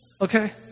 okay